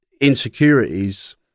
insecurities